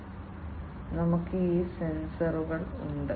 ഞങ്ങൾക്ക് ഈ സെൻസറുകൾ ഉണ്ട്